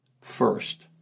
first